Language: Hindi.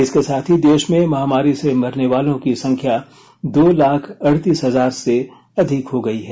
इसके साथ ही देश में महामारी से मरने वालों की संख्या दो लाख अड़तीस हजार से अधिक हो गई है